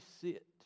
sit